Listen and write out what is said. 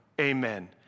Amen